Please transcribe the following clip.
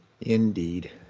Indeed